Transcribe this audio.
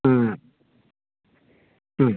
ஆ ஆ